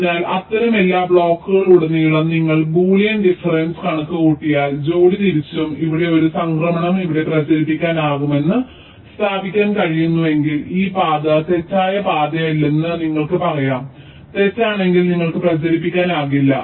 അതിനാൽ അത്തരം എല്ലാ ബ്ലോക്കുകളിലുടനീളം നിങ്ങൾ ബൂലിയൻ ഡിഫറെൻസ് കണക്കുകൂട്ടിയാൽ ജോഡി തിരിച്ചും ഇവിടെ ഒരു സംക്രമണം ഇവിടെ പ്രചരിപ്പിക്കാനാകുമെന്ന് സ്ഥാപിക്കാൻ കഴിയുന്നില്ലെങ്കിൽ ഈ പാത തെറ്റായ പാതയല്ലെന്ന് നിങ്ങൾക്ക് പറയാം തെറ്റാണെങ്കിൽ നിങ്ങൾക്ക് പ്രചരിപ്പിക്കാനാവില്ല